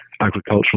agricultural